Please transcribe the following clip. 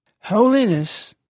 Holiness